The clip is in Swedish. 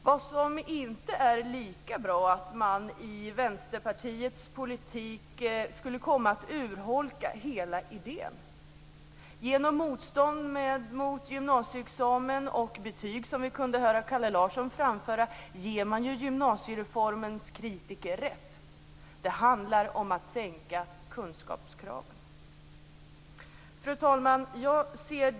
Vad som inte är lika bra är att man med Vänsterpartiets politik skulle komma att urholka hela idén. Genom motstånd mot gymnasieexamen och betyg, som vi kunde höra Kalle Larsson framföra, ger man ju gymnasiereformens kritiker rätt - det handlar om att sänka kunskapskraven. Fru talman!